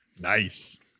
Nice